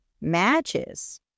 matches